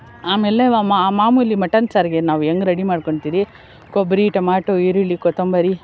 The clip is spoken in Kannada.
ಆಮೇಲೆ ಮಾಮೂಲಿ ಮಟನ್ ಸಾರಿಗೆ ನಾವು ಹೆಂಗೆ ರೆಡಿ ಮಾಡ್ಕೋತ್ತೀವಿ ಕೊಬ್ಬರಿ ಟೊಮಾಟೊ ಈರುಳ್ಳಿ ಕೊತ್ತಂಬರಿ